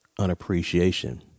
unappreciation